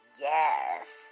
Yes